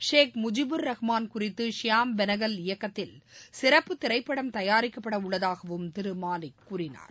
ஷேக் முஜிபூர் ரகுமான் குறித்து ஷியாம் பெனகல் இயக்கத்தில் சிறப்பு திரைப்படம் தயாரிக்கப்பட உள்ளதாகவும் திரு மாலிக் கூறினார்